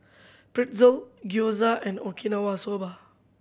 Pretzel Gyoza and Okinawa Soba